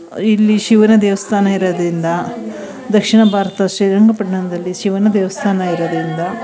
ಇಲ್ಲಿ ಶಿವನ ದೇವಸ್ಥಾನ ಇರೋದ್ರಿಂದ ದಕ್ಷಿಣ ಭಾರತ ಶ್ರೀರಂಗಪಟ್ಟಣದಲ್ಲಿ ಶಿವನ ದೇವಸ್ಥಾನ ಇರೋದರಿಂದ